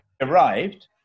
arrived